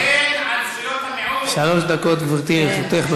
יגן על זכויות המיעוט, שלוש דקות, גברתי, לרשותך.